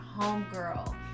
homegirl